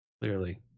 clearly